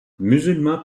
musulman